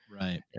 Right